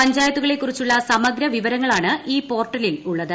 പഞ്ചായിത്തുകളെക്കുറിച്ചുള്ള സമഗ്ര വിവരങ്ങളാണ് ഈ പോർട്ടലിൽ ഉള്ളത്